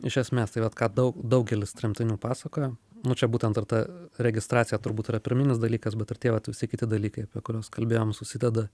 iš esmės tai vat ką daug daugelis tremtinių pasakojo nu čia būtent ir ta registracija turbūt yra pirminis dalykas bet ir tie vat visi kiti dalykai apie kuriuos kalbėjom susideda